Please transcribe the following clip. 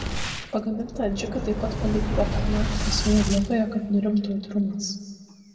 pagamintą adžiką taip pat palikite pernakt vėsioje vietoje kad nurimtų aitrumas